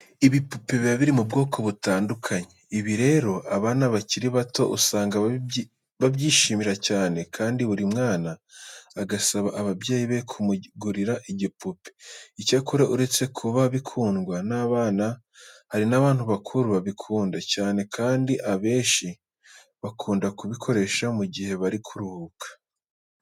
Ibipupe biba biri mu bwoko butandukanye. Ibi rero abana bakiri bato usanga babyishimira cyane kandi buri mwana agasaba ababyeyi be kumugurira igipupe. Icyakora uretse kuba bikundwa n'abana hari n'abantu bakuru babikunda cyane kandi abenshi bakunda kubikoresha mu gihe bari kuruhuka.